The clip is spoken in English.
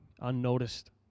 unnoticed